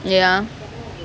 ya